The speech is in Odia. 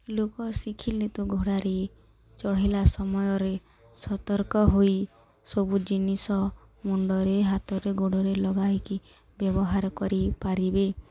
ଲୋକ ଶିଖିଲେ ତୁ ଘୋଡ଼ାରେ ଚଢ଼ିଲା ସମୟରେ ସତର୍କ ହୋଇ ସବୁ ଜିନିଷ ମୁଣ୍ଡରେ ହାତରେ ଗୋଡ଼ରେ ଲଗାଇକି ବ୍ୟବହାର କରିପାରିବେ